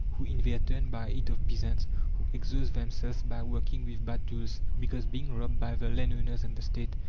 who in their turn buy it of peasants who exhaust themselves by working with bad tools, because, being robbed by the landowners and the state,